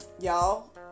y'all